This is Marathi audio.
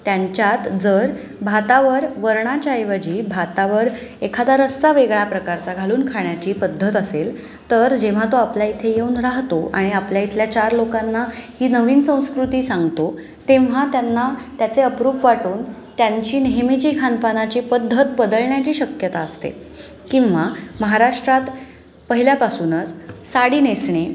त्यांच्यात जर भातावर वर्णाच्या ऐवजी भातावर एखादा रस्ता वेगळा प्रकारचा घालून खाण्याची पद्धत असेल तर जेव्हा तो आपल्या इथे येऊन राहतो आणि आपल्या इथल्या चार लोकांना ही नवीन संस्कृती सांगतो तेव्हा त्यांना त्याचे अप्रूप वाटून त्यांची नेहमीची खानपानाची पद्धत पदळण्याची शक्यता असते किंवा महाराष्ट्रात पहिल्यापासूनच साडी नेसणे